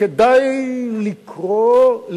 כדאי לקרוא,